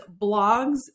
blogs